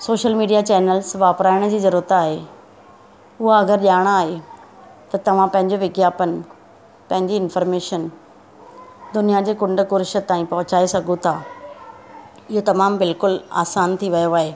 social media channels वापराइण जी ज़रूरत आहे उहा अगरि ॼाण आहे त तव्हां पंहिंजो विज्ञापन पंहिंजी इन्फॉर्मेशन दुनिया जे कुंड कुर्श ताईं पहुचाए सघो था इहो तमामु बिल्कुलु आसान थी वियो आहे